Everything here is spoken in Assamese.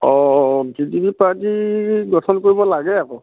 অঁ ভি ডি পি পাৰ্টী গঠন কৰিব লাগে আকৌ